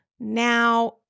Now